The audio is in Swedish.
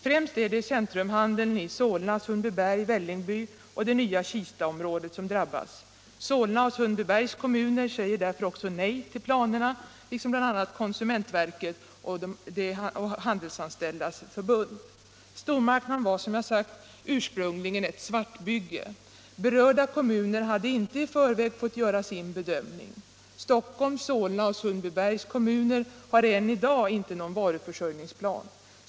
Främst är det centrumhandeln i Solna, Sundbyberg, Vällingby och det nya Kistaområdet som drabbas. Solna och Sundbybergs kommuner säger därför också nej till planerna, liksom bl.a. konsumentverket och Handelsanställdas förbund. Stormarknaden var — som jag sagt — ursprungligen ett svartbygge. Berörda kommuner hade inte i förväg fått göra sin bedömning. Stockholms, Solna och Sundbybergs kommuner har än i dag Om åtgärder mot nya stormarknader inte någon varuförsörjningsplan.